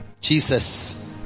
Jesus